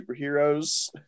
superheroes